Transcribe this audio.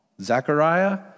Zechariah